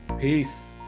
Peace